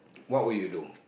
what would you do